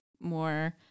more